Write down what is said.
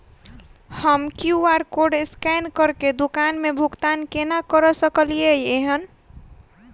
हम QR code scan करके दुकान मे भुगतान केना करऽ सकलिये एहन?